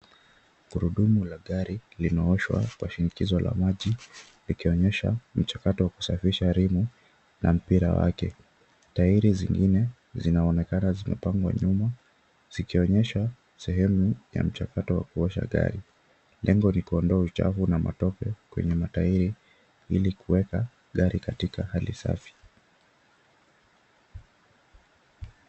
Gurudumu la gari linaoshwa kwa shinikizo la maji likionyesha mchakato wa kusafisha rimu na mpira wake. Tairi zingine zinaonekana zimepangwa nyuma zikionyesha sehemu ya mchakato wa kuosha gari. Lengo ni kuondoa uchafu na matope kwenye matairi ili kuweka gari katika hali safi.